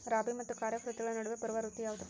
ರಾಬಿ ಮತ್ತು ಖಾರೇಫ್ ಋತುಗಳ ನಡುವೆ ಬರುವ ಋತು ಯಾವುದು?